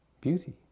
beauty